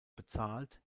bezahlt